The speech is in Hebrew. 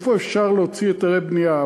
איפה אפשר להוציא היתרי בנייה,